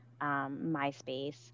MySpace